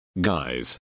guys